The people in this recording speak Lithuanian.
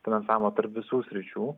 finansavimą tarp visų sričių